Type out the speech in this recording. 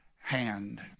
hand